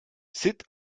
sitt